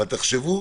אבל תחשבו,